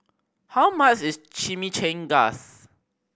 how much is Chimichangas